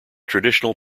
traditional